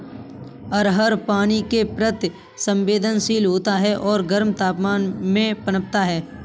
अरहर पानी के प्रति संवेदनशील होता है और गर्म तापमान में पनपता है